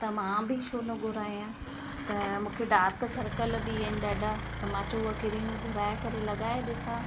त मां बि छो न घुरायां त मूंखे डार्क सर्कल बि आहिनि ॾाढा त मां चओ उहो क्रीम घुराए करे लगाए ॾिसां